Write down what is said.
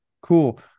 Cool